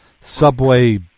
Subway